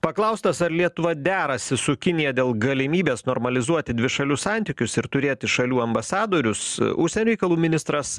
paklaustas ar lietuva derasi su kinija dėl galimybės normalizuoti dvišalius santykius ir turėti šalių ambasadorius užsienio reikalų ministras